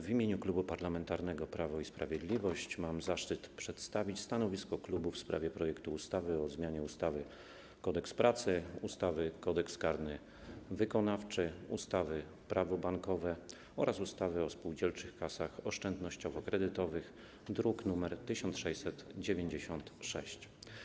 W imieniu Klubu Parlamentarnego Prawo i Sprawiedliwość mam zaszczyt przedstawić stanowisko klubu w sprawie projektu ustawy o zmianie ustawy - Kodeks pracy, ustawy - Kodeks karny wykonawczy, ustawy - Prawo bankowe oraz ustawy o spółdzielczych kasach oszczędnościowo-kredytowych, druk nr 1696.